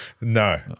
No